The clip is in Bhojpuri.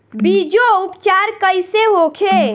बीजो उपचार कईसे होखे?